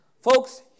Folks